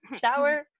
shower